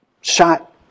shot